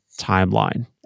timeline